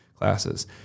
classes